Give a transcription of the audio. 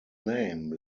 name